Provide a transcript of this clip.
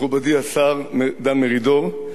מכובדי השר דן מרידור,